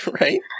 Right